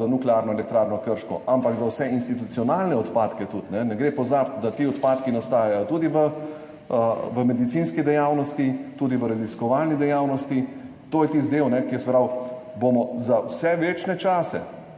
za Nuklearno elektrarno Krško, ampak za vse institucionalne odpadke. Ne gre pozabiti, da ti odpadki nastajajo tudi v medicinski dejavnosti, tudi v raziskovalni dejavnosti. To je tisti del, za vse večne čase